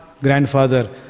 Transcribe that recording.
grandfather